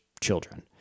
children